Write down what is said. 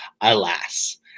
alas